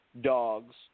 dogs